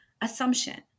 assumption